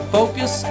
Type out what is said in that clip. focus